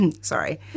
sorry